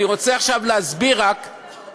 אני רוצה עכשיו להסביר, רק,